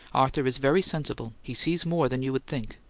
arthur's very sensible he sees more than you'd think.